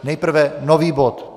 Nejprve nový bod.